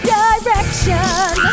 direction